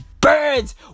birds